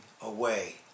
away